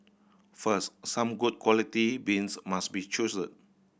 first some good quality beans must be chosen